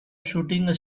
shooting